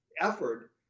effort